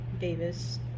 Davis